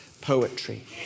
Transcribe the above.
poetry